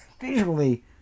visually